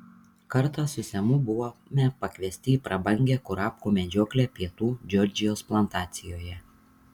kartą su semu buvome pakviesti į prabangią kurapkų medžioklę pietų džordžijos plantacijoje